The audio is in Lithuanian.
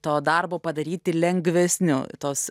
to darbo padaryti lengvesniu tos